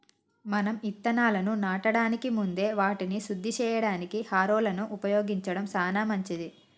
మనం ఇత్తనాలను నాటడానికి ముందే వాటిని శుద్ది సేయడానికి హారొలను ఉపయోగించడం సాన మంచిది